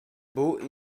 buca